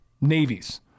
navies